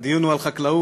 הדיון הוא על חקלאות,